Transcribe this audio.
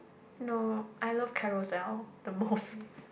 no I love carousel the most